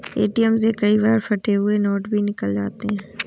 ATM से कई बार फटे हुए नोट भी निकल जाते हैं